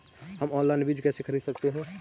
हम ऑनलाइन बीज कैसे खरीद सकते हैं?